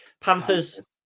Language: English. Panthers